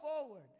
forward